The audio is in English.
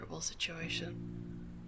situation